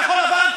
כחול לבן,